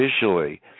officially